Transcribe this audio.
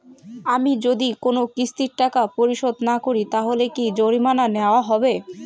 আমি যদি কোন কিস্তির টাকা পরিশোধ না করি তাহলে কি জরিমানা নেওয়া হবে?